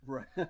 Right